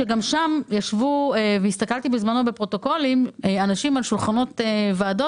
הוא שגם שם ישבו אנשים בדיוני ועדות,